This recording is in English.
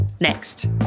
Next